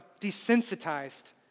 desensitized